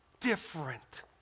different